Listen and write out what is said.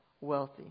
wealthy